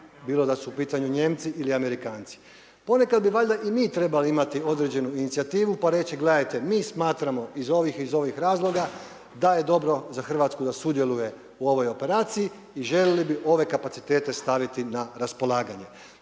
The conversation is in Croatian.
bilo da su u pitanju Nijemci ili Amerikanci. Ponekad bi valjda i mi trebali imati određenu inicijativu pa reći: „Gledajte mi smatramo iz ovih iz ovih razloga da je dobro za Hrvatsku da sudjeluje u ovoj operaciji i željeli bi ove kapacitete staviti na raspolaganje,